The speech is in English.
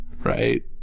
right